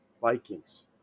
Vikings